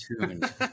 tuned